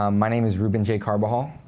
um my name is ruben j. carbajal.